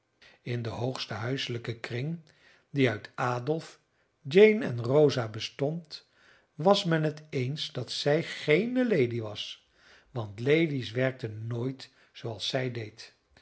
in den hoogsten huiselijken kring die uit adolf jane en rosa bestond was men het eens dat zij geene lady was want ladies werkten nooit zooals zij